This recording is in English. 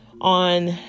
on